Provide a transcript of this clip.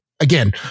again